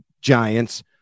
Giants